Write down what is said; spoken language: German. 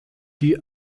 die